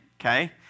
okay